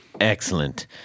Excellent